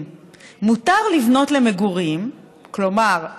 אומר מה שהוא חושב.